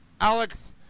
Alex